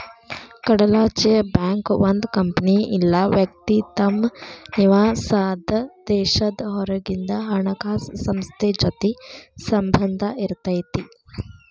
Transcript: ಕಡಲಾಚೆಯ ಬ್ಯಾಂಕ್ ಒಂದ್ ಕಂಪನಿ ಇಲ್ಲಾ ವ್ಯಕ್ತಿ ತಮ್ ನಿವಾಸಾದ್ ದೇಶದ್ ಹೊರಗಿಂದ್ ಹಣಕಾಸ್ ಸಂಸ್ಥೆ ಜೊತಿ ಸಂಬಂಧ್ ಇರತೈತಿ